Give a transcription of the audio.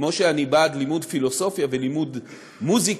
כמו שאני בעד לימוד פילוסופיה ולימוד מוזיקה,